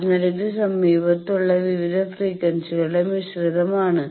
അതിനാൽ ഇത് സമീപത്തുള്ള വിവിധ ഫ്രീക്വൻസികളുടെ മിശ്രിതമാണ്